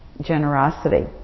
generosity